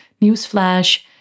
newsflash